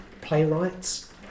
playwrights